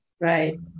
Right